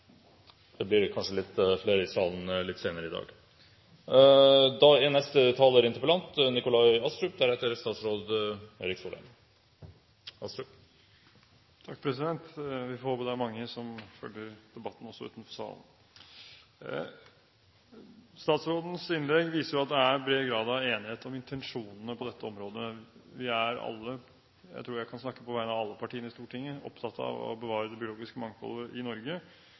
Det blir kanskje litt flere i salen litt senere i dag. Vi får håpe det er mange som følger debatten også utenfor salen. Statsrådens innlegg viser at det er bred grad av enighet om intensjonene på dette området. Vi er alle – jeg tror jeg kan snakke på vegne av alle partiene i Stortinget – opptatt av å bevare det biologiske mangfoldet i Norge.